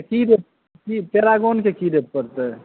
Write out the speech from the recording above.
की Paragon के की rate परतै